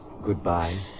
goodbye